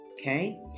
Okay